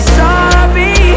sorry